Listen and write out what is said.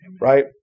right